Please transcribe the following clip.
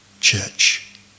church